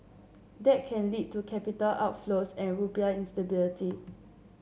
that can lead to capital outflows and rupiah instability